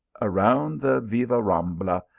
around the vivarambla,